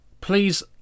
please